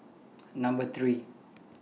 Number three